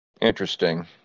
Interesting